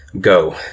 Go